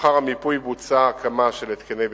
לאחר המיפוי בוצעה הקמה של התקני בטיחות,